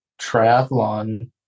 triathlon